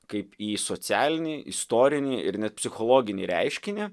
kaip į socialinį istorinį ir net psichologinį reiškinį